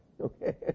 okay